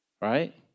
Right